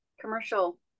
commercial